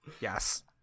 Yes